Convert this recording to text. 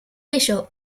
bello